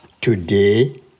today